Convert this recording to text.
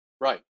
right